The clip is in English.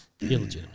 Illegitimate